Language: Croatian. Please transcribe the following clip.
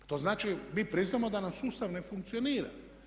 To znači mi priznajemo da nam sustav ne funkcionira.